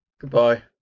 Goodbye